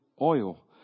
oil